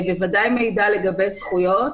בוודאי מידע לגבי זכויות,